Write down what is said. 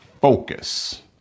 focus